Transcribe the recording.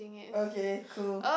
okay cool